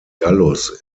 gallus